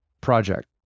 project